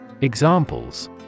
Examples